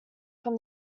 from